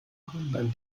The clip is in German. beim